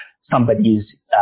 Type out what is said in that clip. somebody's